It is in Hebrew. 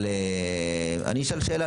שאלה,